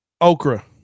Okra